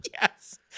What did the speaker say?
Yes